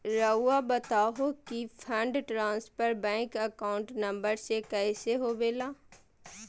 रहुआ बताहो कि fund transfer bank account number में कैसे होबेला?